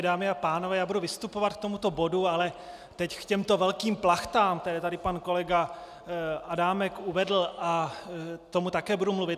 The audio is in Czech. Dámy a pánové, já budu vystupovat k tomuto bodu, ale teď k těmto velkým plachtám, které tady pan kolega Adámek uvedl, k tomu také budu mluvit.